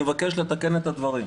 אני מבקש לתקן את הדברים.